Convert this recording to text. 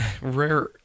Rare